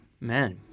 Man